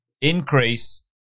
increase